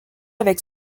avec